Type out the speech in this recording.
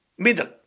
Middle